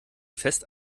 fest